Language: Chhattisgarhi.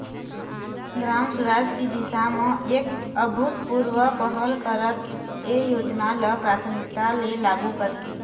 ग्राम सुराज की दिशा म एक अभूतपूर्व पहल करत ए योजना ल प्राथमिकता ले लागू करिस